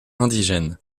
indigènes